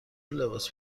لباس